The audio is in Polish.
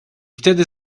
wtedy